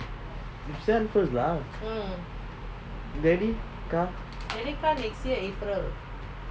next time first lah daddy car